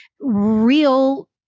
real